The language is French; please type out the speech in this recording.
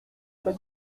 pas